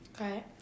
Okay